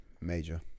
Major